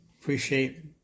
appreciate